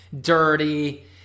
dirty